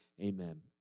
amen